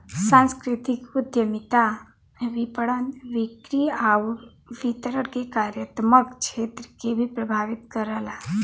सांस्कृतिक उद्यमिता विपणन, बिक्री आउर वितरण के कार्यात्मक क्षेत्र के भी प्रभावित करला